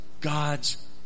God's